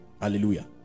hallelujah